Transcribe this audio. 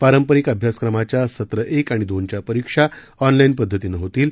पारंपरिक अभ्यासक्रमाच्या सत्र एक आणि दोनच्या परीक्षा ऑनलाउ पद्धतीनं होतील